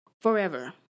forever